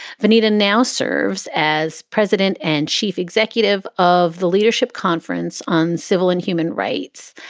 vernita now serves as president and chief executive of the leadership conference on civil and human rights.